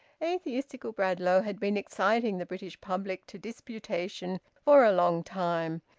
atheistical bradlaugh had been exciting the british public to disputation for a long time,